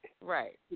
Right